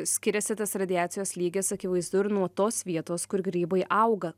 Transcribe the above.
skiriasi tas radiacijos lygis akivaizdu ir nuo tos vietos kur grybai auga